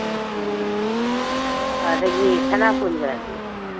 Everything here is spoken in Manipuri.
ꯑꯣ ꯑꯗꯒꯤ ꯁꯅꯥꯕꯨꯟꯒꯗꯤ